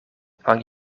hang